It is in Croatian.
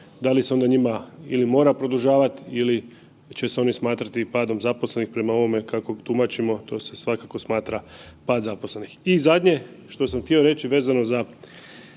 da li se onda njima ili mora produžavat ili će se oni smatrati padom zaposlenih prema ovome kako tumačimo, to se svakako smatra pad zaposlenih? I zadnje što sam htio reći vezano za